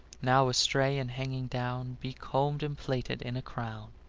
now astray and hanging down, be combed and plaited in a crown.